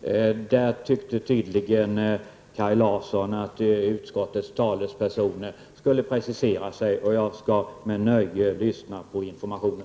Kaj Larsson tyckte tydligen att utskottets talespersoner borde precisera sig på den punkten, och jag skall med nöje lyssna på informationen.